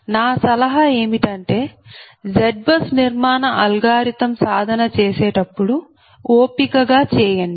నా సలహా ఏమిటంటే ZBUSనిర్మాణ అల్గోరిథం సాధన చేసేటప్పుడు ఓపిక గా చేయండి